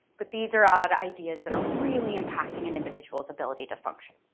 but these are are ideas that are really impacting an individual's ability to function.